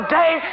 day